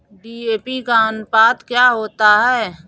DAP का अनुपात क्या होता है?